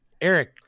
Eric